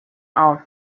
ought